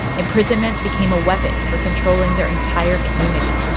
imprisonment became a weapon for controlling their entire community.